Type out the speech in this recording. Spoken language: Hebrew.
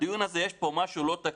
הדיון הזה, יש פה משהו לא תקין.